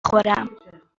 خورم